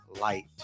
light